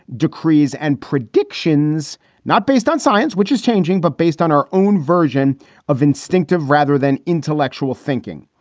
decrees and predictions not based on science, which is changing, but based on our own version of instinctive rather than intellectual thinking.